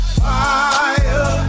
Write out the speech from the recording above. fire